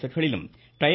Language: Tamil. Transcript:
செட்களிலும் டய